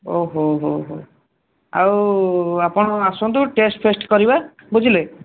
ଓ ହୋ ହୋ ହୋ ଆଉ ଆପଣ ଆସନ୍ତୁ ଟେଷ୍ଟ୍ ଫେଷ୍ଟ୍ କରିବା ବୁଝିଲେ